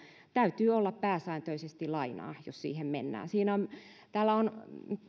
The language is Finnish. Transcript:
täytyy olla pääsääntöisesti lainaa jos siihen mennään täällä on